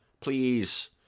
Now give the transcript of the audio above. Please